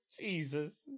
Jesus